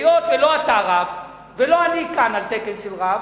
היות שלא אתה רב ולא אני כאן על תקן רב,